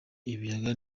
ibiyaga